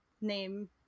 name